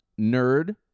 nerd